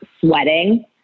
sweating